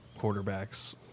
quarterbacks